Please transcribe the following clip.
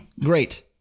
Great